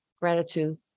gratitude